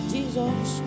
Jesus